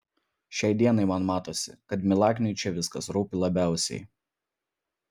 šiai dienai man matosi kad milakniui čia viskas rūpi labiausiai